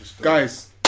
Guys